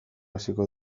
hasiko